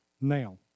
now